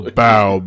bow